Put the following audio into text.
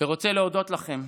ורוצה להודות לכם.